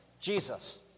Jesus